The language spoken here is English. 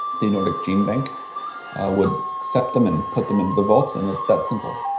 the nordic genebank, would accept them and put them into the vaults. and it's that simple.